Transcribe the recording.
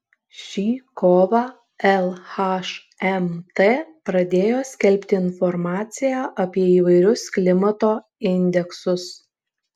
šį kovą lhmt pradėjo skelbti informaciją apie įvairius klimato indeksus